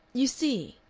you see,